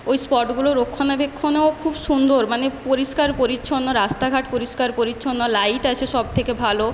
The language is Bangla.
ওই স্পটগুলো রক্ষণাবেক্ষণেও খুব সুন্দর মানে পরিষ্কার পরিচ্ছন্ন রাস্তাঘাট পরিষ্কার পরিচ্ছন্ন লাইট আছে সবথেকে ভালো